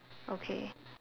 okay